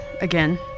again